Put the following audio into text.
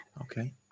Okay